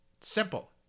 Simple